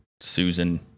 Susan